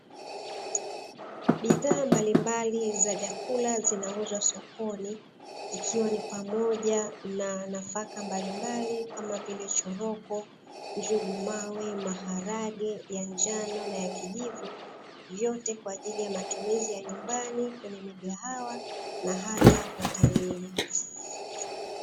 Bidhaa mbalimbali za vyakula zinauzwa sokoni ikiwa ni pamoja na nafaka mbalimbali kama vile choroko, njugu mawe, maharage ya njano na ya kijivu vyote kwa ajili ya matumizi ya nyumbani kwenye migahawa na hata hotelini.